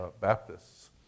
Baptists